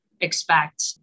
Expect